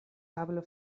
tablo